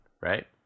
right